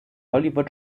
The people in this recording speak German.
hollywood